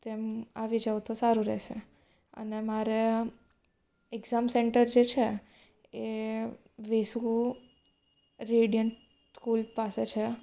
તેમ આવી જાઓ તો સારું રહેશે અને મારે એક્ઝામ સેન્ટર જે છે એ વેસુ રેડિયન્ટ સ્કૂલ પાસે છે